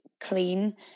clean